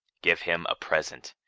give him a present!